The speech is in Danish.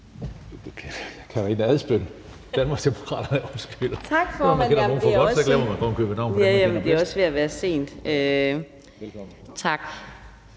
Tak